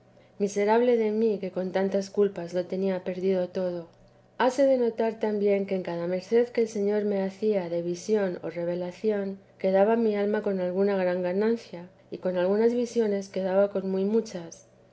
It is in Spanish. miserable de mí que con tantas culpas lo tenía perdido todo hase de notar también que en cada merced que el señor me hacía de visión o revelación quedaba mi alma con alguna gran ganancia y con algunas visiones quedaba con muy muchas